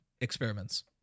experiments